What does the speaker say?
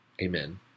Amen